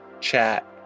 chat